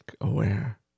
aware